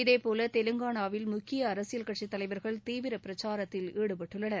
இதேபோல தெலுங்கானாவில் முக்கிய அரசியல் கட்சித் தலைவர்கள் தீவிரப் பிரச்சாரத்தில் ஈடுபட்டுள்ளனர்